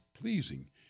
pleasing